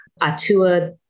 Atua